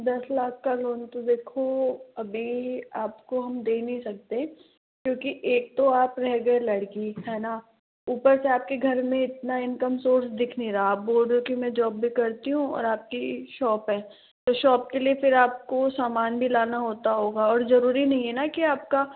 दस लाख का लोन तो देखो अभी आपको हम दे नहीं सकते क्योंकि एक तो आप रह गए लड़की है न ऊपर से आपके घर में इतना इनकम सोर्स दिख नहीं रहा आप बोल रहे हो कि मैं जॉब भी करती हूँ और आपकी शॉप है तो शॉप के लिए फिर आपको सामान भी लाना होता होगा और जरूरी नहीं है न कि आपका